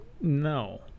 no